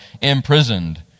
imprisoned